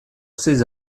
ses